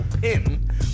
pin